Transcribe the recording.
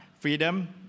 Freedom